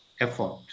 effort